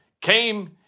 came